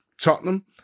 Tottenham